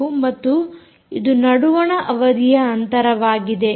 ಮತ್ತು ಇದು ನಡುವಣ ಅವಧಿಯ ಅಂತರವಾಗಿದೆ